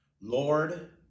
Lord